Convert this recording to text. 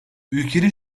ülkenin